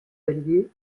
alliées